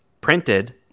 printed